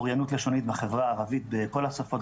אוריינות לשונית בחברה הערבית בכל השפות,